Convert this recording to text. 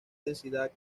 densidad